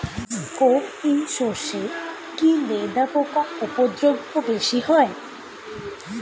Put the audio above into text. কোপ ই সরষে কি লেদা পোকার উপদ্রব বেশি হয়?